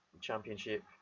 championship